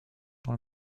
dans